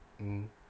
mmhmm